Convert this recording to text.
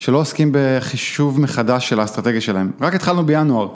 שלא עוסקים בחישוב מחדש של האסטרטגיה שלהם, רק התחלנו בינואר.